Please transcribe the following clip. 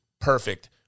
perfect